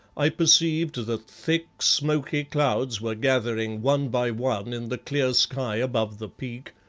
i perceived that thick, smoky clouds were gathering one by one in the clear sky above the peak,